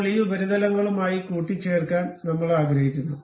ഇപ്പോൾ ഈ ഉപരിതലങ്ങളുമായി കൂട്ടിച്ചേർക്കാൻ നമ്മൾ ആഗ്രഹിക്കുന്നു